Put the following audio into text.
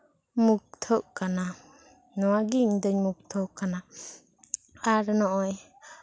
ᱢᱩᱜᱽᱫᱷᱚᱜ ᱠᱟᱱᱟ ᱱᱚᱣᱟ ᱨᱮᱜᱮ ᱤᱧ ᱫᱩᱧ ᱢᱩᱜᱽᱫᱷᱚᱣᱟᱠᱟᱱᱟ ᱟᱨ ᱱᱚᱜᱼᱚᱭ